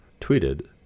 tweeted